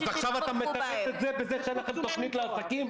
-- עכשיו אתה מתרץ את זה בזה שאין לכם תוכנית לעסקים?